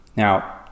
Now